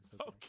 Okay